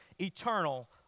eternal